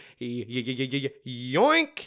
yoink